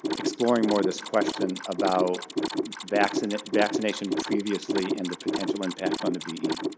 exploring more this question about vaccination vaccination previously and the potential impact on the ve?